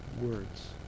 words